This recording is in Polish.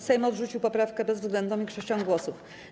Sejm odrzucił poprawkę bezwzględną większością głosów.